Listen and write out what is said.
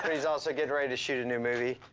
he's also getting ready to shoot a new movie.